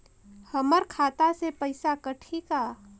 हमर खाता से पइसा कठी का?